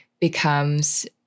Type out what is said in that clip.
becomes